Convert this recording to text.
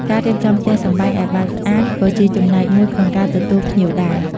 ការរៀបចំផ្ទះសម្បែងឱ្យបានស្អាតក៏ជាចំណែកមួយក្នុងការទទួលភ្ញៀវដែរ។